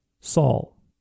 Saul